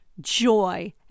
joy